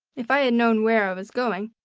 if i had known where i was going,